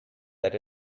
that